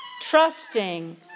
trusting